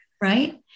Right